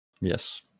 Yes